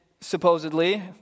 supposedly